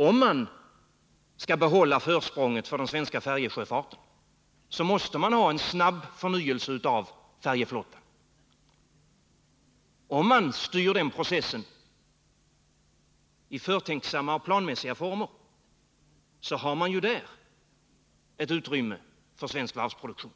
Om man skall behålla försprånget för den svenska färjesjöfarten måste man ha en snabb förnyelse av färjeflottan. Om man styr den processen i förtänksamma och planmässiga former, har man där ett utrymme för svensk varvsproduktion.